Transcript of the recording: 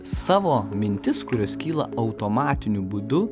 savo mintis kurios kyla automatiniu būdu